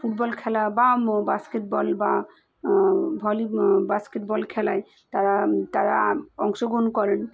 football খেলা বা basketball বা ভলি বাস্কেটবল খেলায় তারা তারা অংশগ্রহণ করেন